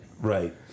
Right